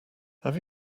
have